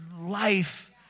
life